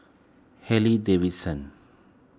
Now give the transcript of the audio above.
Harley Davidson